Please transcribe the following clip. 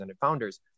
founders